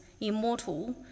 immortal